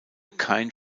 kein